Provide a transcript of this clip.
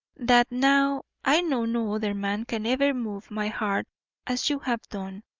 that, now i know no other man can ever move my heart as you have done,